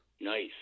Nice